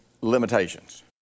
limitations